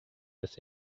this